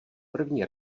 první